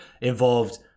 involved